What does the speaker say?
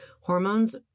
Hormones